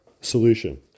solution